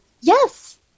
Yes